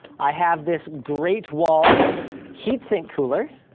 i have this great wall heatsink cooler.